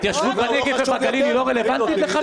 ההתיישבות בנגב ובגליל היא לא רלוונטית לך,